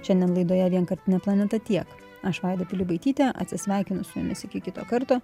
šiandien laidoje vienkartinė planeta tiek aš vaida pilibaitytė atsisveikinu su mumis iki kito karto